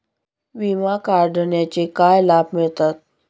विमा काढण्याचे काय लाभ मिळतात?